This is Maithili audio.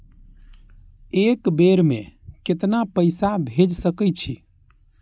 एक बेर में केतना पैसा भेज सके छी?